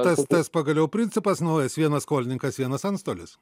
tas tas pagaliau principas naujas vienas skolininkas vienas antstolis